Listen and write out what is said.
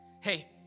Hey